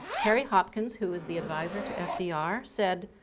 harry hopkins who is the advisor to fdr said,